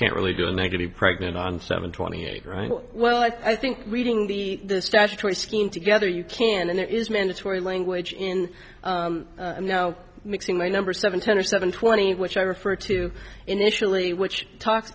can't really go negative pregnant on seven twenty eight right well i think reading the statutory scheme together you can then there is mandatory language in now mixing my number seven ten or seven twenty which i refer to initially which talk